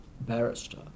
barrister